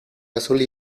azul